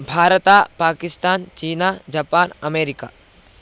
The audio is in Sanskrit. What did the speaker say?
भारतं पाकिस्तान् चीना जपान् अमेरिका